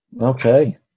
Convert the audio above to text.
Okay